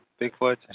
Bigfoot